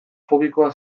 fobikoa